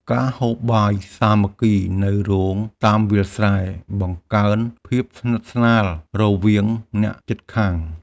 ការហូបបាយសាមគ្គីនៅរោងតាមវាលស្រែ បង្កើនភាពស្និទ្ធស្នាលរវាងអ្នកជិតខាង។